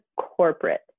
corporate